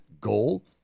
goal